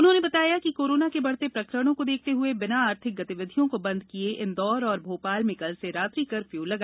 मुख्यमंत्री ने बताया कि कोरोना के बढ़ते प्रकरणों को देखते हुए बिना आर्थिक गतिविधियों को बंद किए इंदौर और भोपाल में आज से रात्रि कर्फ्यू लगाया गया है